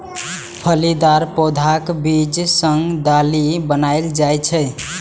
फलीदार पौधाक बीज सं दालि बनाएल जाइ छै